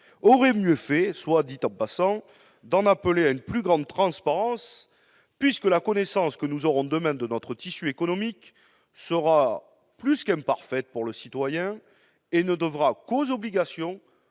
aurait mieux fait, soit dit en passant, d'en appeler à une plus grande transparence, puisque la connaissance que nous aurons demain de notre tissu économique sera plus qu'imparfaite pour le citoyen et ne devra sa précision